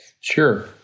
Sure